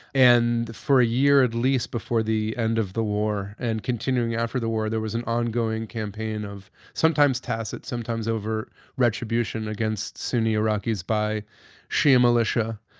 and for a year, at least before the end of the war and continuing after the war, there was an ongoing campaign of sometimes tacit, sometimes over retribution against sunni iraqis by shia militia.